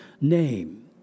name